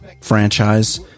franchise